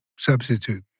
Substitute